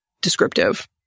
descriptive